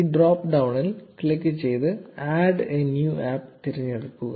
ഈ ഡ്രോപ്പ് ഡൌണിൽ ക്ലിക്ക് ചെയ്ത് ആഡ് എ ന്യൂ ആപ്പ് തിരഞ്ഞെടുക്കുക